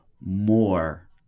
more